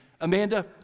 Amanda